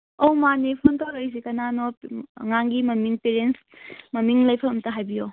ꯑꯧ ꯃꯥꯅꯦ ꯐꯣꯟ ꯇꯧꯔꯛꯏꯁꯤ ꯀꯅꯥꯅꯣ ꯑꯉꯥꯡꯒꯤ ꯃꯃꯤꯡ ꯄꯦꯔꯦꯟꯁ ꯃꯃꯤꯡ ꯂꯩꯐꯝ ꯑꯃꯨꯛꯇ ꯍꯥꯏꯕꯤꯎ